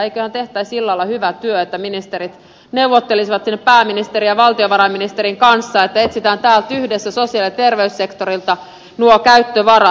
eiköhän tehtäisi illalla hyvä työ että ministerit neuvottelisivat pääministerin ja valtiovarainministerin kanssa että etsitään yhdessä sosiaali ja terveyssektorilta nuo käyttövarat